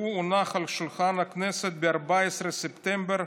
שהוא הונח על שולחן הכנסת ב-14 בספטמבר